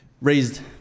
raised